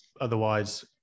otherwise